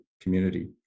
community